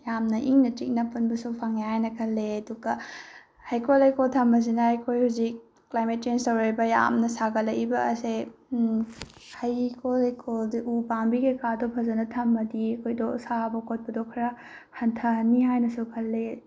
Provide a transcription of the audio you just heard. ꯌꯥꯝꯅ ꯏꯪꯅ ꯆꯤꯛꯅ ꯄꯨꯟꯕꯁꯨ ꯐꯪꯉꯦ ꯍꯥꯏꯅ ꯈꯜꯂꯦ ꯑꯗꯨꯒ ꯍꯩꯀꯣꯜ ꯂꯩꯀꯣꯜ ꯊꯝꯕꯁꯤꯅ ꯑꯩꯈꯣꯏ ꯍꯧꯖꯤꯛ ꯀ꯭ꯂꯥꯏꯃꯦꯠ ꯆꯦꯟꯖ ꯇꯧꯔꯛꯏꯕ ꯌꯥꯝꯅ ꯁꯥꯒꯠꯂꯛꯏꯕ ꯑꯁꯦ ꯍꯩꯀꯣꯜ ꯂꯩꯀꯣꯜꯗ ꯎ ꯄꯥꯝꯕꯤ ꯀꯩꯀꯥꯗꯣ ꯐꯖꯅ ꯊꯝꯃꯗꯤ ꯑꯩꯈꯣꯏꯗꯣ ꯁꯥꯕ ꯈꯣꯠꯄꯗꯣ ꯈꯔ ꯍꯟꯊꯍꯟꯅꯤ ꯍꯥꯏꯅꯁꯨ ꯈꯜꯂꯦ